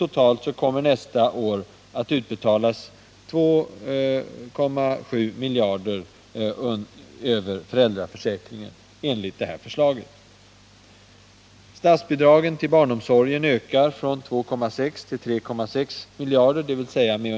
Totalt kommer nästa år att utbetalas 2,7 miljarder över föräldraförsäkringen enligt det här förslaget.